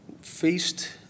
faced